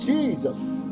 Jesus